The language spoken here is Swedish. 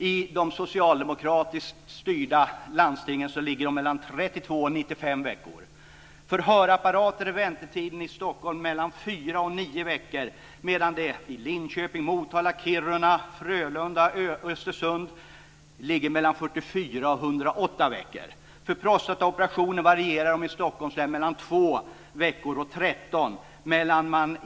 I de socialdemokratiskt styrda landstingen ligger de på 32-95 veckor. Kiruna, Frölunda, Östersund ligger på 44-108 veckor. Stockholms län från 2 veckor till 13 veckor.